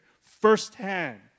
firsthand